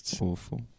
Awful